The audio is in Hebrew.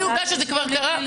כי עובדה שזה כבר קרה.